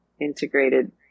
integrated